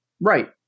Right